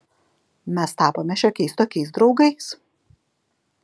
mes tapome šiokiais tokiais draugais